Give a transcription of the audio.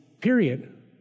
period